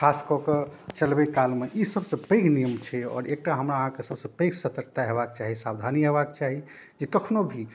खासकऽ कऽ चलबै कालमे ई सबसँ पैघ नियम छै आओर एकटा हमरा अहाँके सबसे पैघ सतर्कता हेबाक चाही सावधानी हेबाक चाही जे कखनो भी